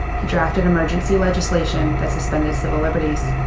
he drafted emergency legislation that suspended civil liberties.